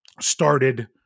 Started